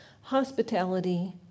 hospitality